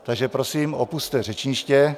Takže prosím, opusťte řečniště.